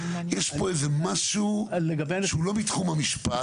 יש פה איזה משהו שהוא לא בתחום המשפט.